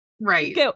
right